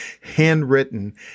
handwritten